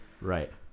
Right